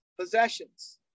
Possessions